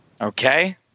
Okay